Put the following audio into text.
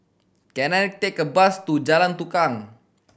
can I take a bus to Jalan Tukang